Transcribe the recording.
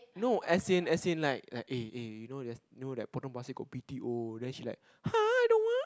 no as in as in like like eh eh you know you know that Potong-Pasir got b_t_o then she like [huh] I don't want